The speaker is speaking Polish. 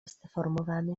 zdeformowany